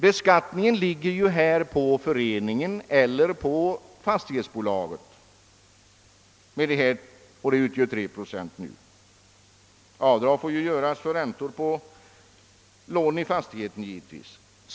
Beskattningen ligger ju på föreningen eller på fastighetsbolaget och den utgör för närvarande 3 procent. Avdrag får givetvis göras för lån i fastigheten.